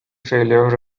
failure